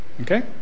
Okay